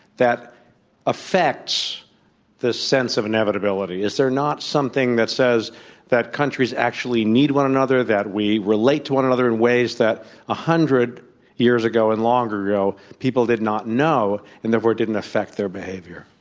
that affects this sense of inevitability. is there not something that says that countries actually need one another, that we relate to one another in ways that one ah hundred years ago and longer ago people did not know and therefore it didn't affect their behavior?